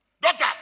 Doctor